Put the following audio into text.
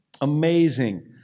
Amazing